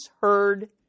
heard